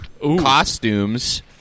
Costumes